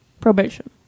Probation